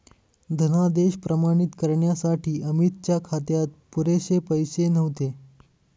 धनादेश प्रमाणित करण्यासाठी अमितच्या खात्यात पुरेसे पैसे नव्हते